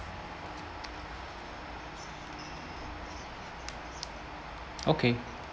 okay